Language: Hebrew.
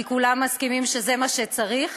כי כולם מסכימים שזה מה שצריך,